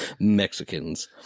Mexicans